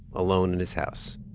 alone in his house,